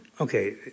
okay